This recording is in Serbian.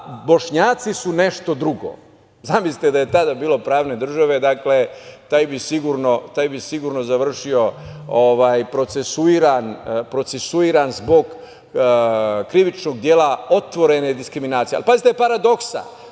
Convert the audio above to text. Bošnjaci nešto drugo. Zamislite, da je tada bilo pravne države, taj bi sigurno završio procesuiran zbog krivičnog dela otvorene diskriminacije. Pazite paradoksa,